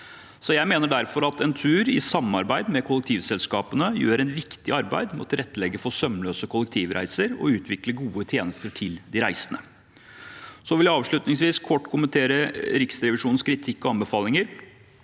Jeg mener derfor at Entur, i samarbeid med kollektivselskapene, gjør et viktig arbeid med å tilrettelegge for sømløse kollektivreiser og utvikle gode tjenester til de reisende. Jeg vil avslutningsvis kort kommentere Riksrevisjonens kritikk og anbefalinger.